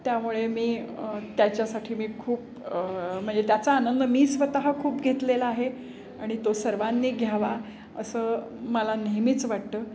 त्यामुळे मी त्याच्यासाठी मी खूप म्हणजे त्याचा आनंद मी स्वत खूप घेतलेला आहे आणि तो सर्वांनी घ्यावा असं मला नेहमीच वाटतं